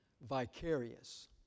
vicarious